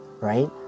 right